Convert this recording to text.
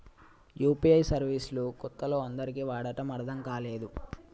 UPI service లు కొత్తలో అందరికీ వాడటం అర్థం కాలేదు